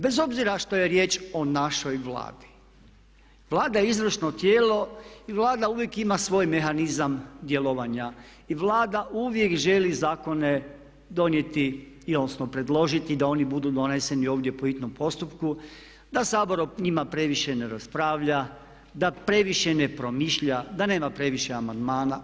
Bez obzira što je riječ o našoj Vladi, Vlada je izvršno tijelo i Vlada uvijek ima svoj mehanizam djelovanja i Vlada uvijek želi zakone donijeti odnosno predložiti da oni budu doneseni ovdje po hitnom postupku, da Sabor o njima previše ne raspravlja, da previše ne promišlja, da nema previše amandmana.